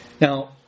Now